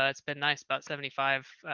ah it's been nice, but seventy five.